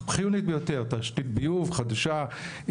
תשתית ביוב חדשה.